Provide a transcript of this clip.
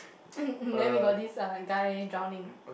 then we got this a guy drowning